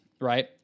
right